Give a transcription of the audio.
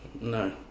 no